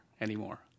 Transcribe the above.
anymore